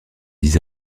dix